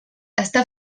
està